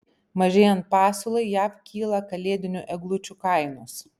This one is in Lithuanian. mažėjant pasiūlai jav kyla kalėdinių eglučių kainos